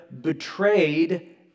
betrayed